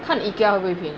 看 Ikea 会不会便宜